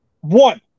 One